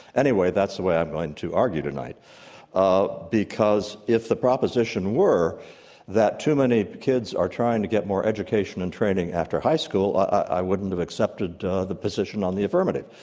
anyway, that's the way i'm going to argue tonight ah because if the proposition were that too many kids are trying to get more education and training after high school, i wouldn't have accepted the position on the affirmative.